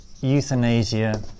euthanasia